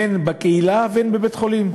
הן בקהילה והן בבית-חולים.